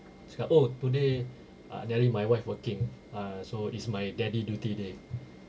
cakap oh today ah nari my wife working ah so is my daddy duty day